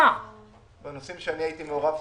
בנושאים שהייתי מעורב,